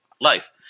life